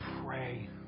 pray